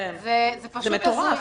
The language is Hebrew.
אבל, זה לא קשור לבדיקות.